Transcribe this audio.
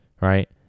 right